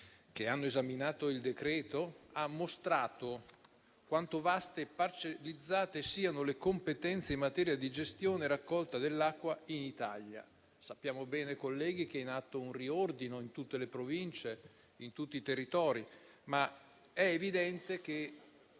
che hanno esaminato il decreto, ha mostrato quanto vaste e parcellizzate siano le competenze in materia di gestione e raccolta dell'acqua in Italia. Sappiamo bene, colleghi, che è in atto un riordino in tutte le Province e in tutti i territori, ma è evidente che